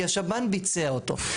כי השב"ן ביצע אותו.